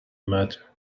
matter